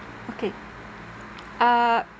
okay uh